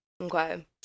Okay